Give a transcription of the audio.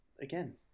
again